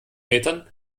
metern